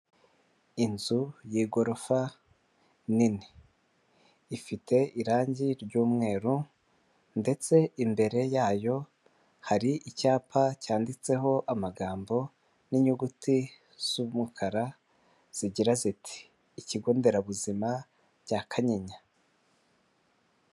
Inzu y'igorofa nini ifite irangi ry'umweru ndetse imbere yayo hari icyapa cyanditseho amagambo n'inyuguti z'umukara zigira ziti: ikigo nderabuzima bya kanyinya.